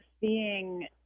seeing